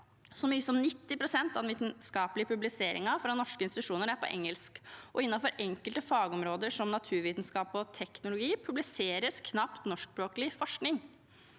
Så mye som 90 pst. av vitenskapelige publiseringer fra norske institusjoner er på engelsk, og innenfor enkelte fagområder, som naturvitenskap og teknologi, publiseres knapt norskspråklig forskning.